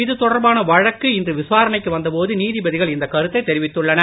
இதுதொடர்பான வழக்கு இன்று விசாரணைக்கு வந்த போது நீதிபதிகள் இந்த கருத்தை தெரிவித்துள்ளனர்